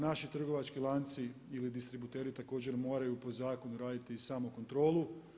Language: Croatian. Naši trgovački lanci ili distributeri također moraju po zakonu raditi i samokontrolu.